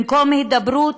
במקום הידברות,